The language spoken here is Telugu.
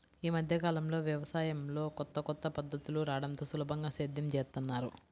యీ మద్దె కాలంలో యవసాయంలో కొత్త కొత్త పద్ధతులు రాడంతో సులభంగా సేద్యం జేత్తన్నారు